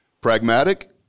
pragmatic